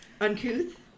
Uncouth